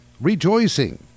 Rejoicing